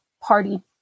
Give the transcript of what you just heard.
party